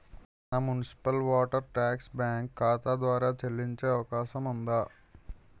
నా municipal water tax bank ఖాతా ద్వారా చెల్లించే అవకాశం ఉందా?